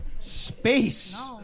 Space